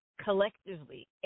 collectively